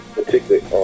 particularly